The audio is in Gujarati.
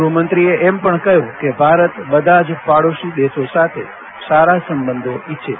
ગૃહમંત્રીએ એમ પણ કહ્યું કે ભારત બધા જ પાડોશી દેશો સાથે સારા સાંબાંધો ઇચ્છે છે